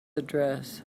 address